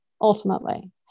ultimately